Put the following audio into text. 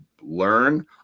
learn